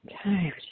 okay